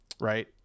right